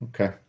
Okay